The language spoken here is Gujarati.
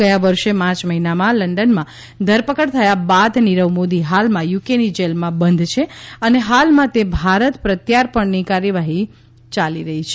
ગયા વર્ષે માર્ચ મહિનામાં લંડનમાં ધરપકડ થયા બાદ નીરવ મોદી હાલમાં યુકેની જેલમાં બંધ છે અને હાલમાં તે ભારત પ્રત્યાર્પણની કાર્યવાહી ચાલી રહી છે